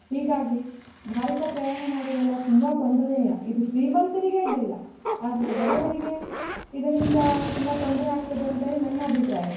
ಹೀಗಾಗಿ ಭಾರತ ಪ್ರಯಾಣ ಮಾಡೋದೆಲ್ಲ ತುಂಬ ತೊಂದರೆಯೇ ಇದು ಶ್ರೀಮಂತರಿಗೆ ಅಡ್ಡಿಯಿಲ್ಲ ಆದರೆ ಬಡವರಿಗೆ ಇದರಿಂದ ತುಂಬ ತೊಂದರೆ ಆಗ್ತದೆ ಅಂತೇಳಿ ನನ್ನ ಅಭಿಪ್ರಾಯ